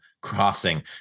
crossing